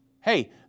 Hey